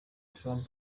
trump